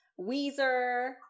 Weezer